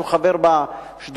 שהוא חבר בשדולה,